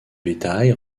bétail